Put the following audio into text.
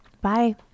Bye